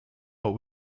but